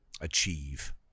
achieve